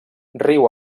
riu